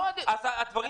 הדברים יתקדמו.